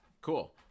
Cool